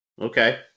Okay